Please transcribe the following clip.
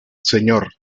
señor